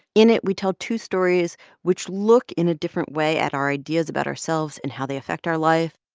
in it, we tell two stories which look in a different way at our ideas about ourselves and how they affect our life.